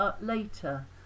later